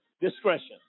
discretion